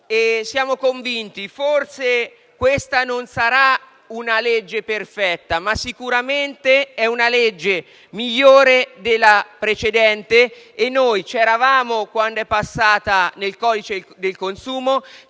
siamo convinti che forse questa non sarà una legge perfetta, ma sicuramente è migliore della precedente. C'eravamo quando è passata nel codice del consumo,